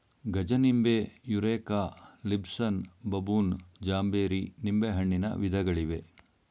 ಗಜನಿಂಬೆ, Eureka, Lisbon, ಬಬೂನ್, ಜಾಂಬೇರಿ ನಿಂಬೆಹಣ್ಣಿನ ವಿಧಗಳಿವೆ